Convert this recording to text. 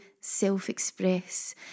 self-express